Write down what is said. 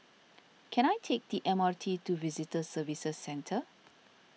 can I take the M R T to Visitor Services Centre